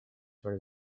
for